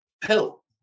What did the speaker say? pill